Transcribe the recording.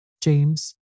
James